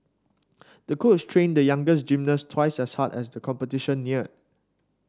the coach trained the young gymnast twice as hard as the competition neared